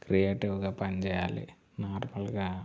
క్రియేటివ్గా పని చేయాలి నార్మల్గా